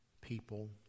people